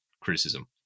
criticism